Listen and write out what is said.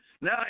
Now